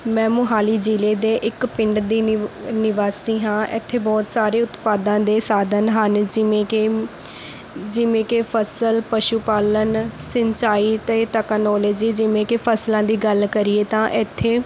ਮੈਂ ਮੋਹਾਲੀ ਜ਼ਿਲ੍ਹੇ ਦੇ ਇੱਕ ਪਿੰਡ ਦੀ ਨਿ ਨਿਵਾਸੀ ਹਾਂ ਇੱਥੇ ਬਹੁਤ ਸਾਰੇ ਉਤਪਾਦਾਂ ਦੇ ਸਾਧਨ ਹਨ ਜਿਵੇਂ ਕਿ ਜਿਵੇਂ ਕਿ ਫ਼ਸਲ ਪਸ਼ੂ ਪਾਲਣ ਸਿੰਚਾਈ ਅਤੇ ਤਕਨੋਲੇਜੀ ਜਿਵੇਂ ਕਿ ਫ਼ਸਲਾਂ ਦੀ ਗੱਲ ਕਰੀਏ ਤਾਂ ਇੱਥੇ